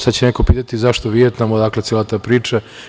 Sad će neko pitati - zašto Vijetnam, odakle cela ta priča?